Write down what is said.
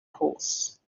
horse